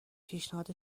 پیشنهاد